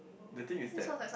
the thing is that